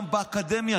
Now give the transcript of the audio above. גם באקדמיה,